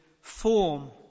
form